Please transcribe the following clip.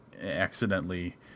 accidentally